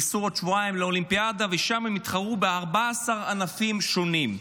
ייסעו בעוד שבועיים לאולימפיאדה ושם הם יתחרו ב-14 ענפים שונים.